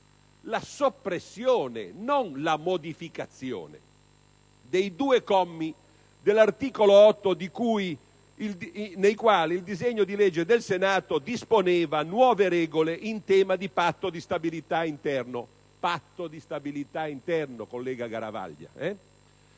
la modificazione, ma la soppressione - dei due commi dell'articolo 8, con i quali il disegno di legge del Senato disponeva nuove regole in tema di Patto di stabilità interno (Patto di stabilità interno, collega Garavaglia).